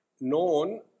known